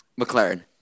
McLaren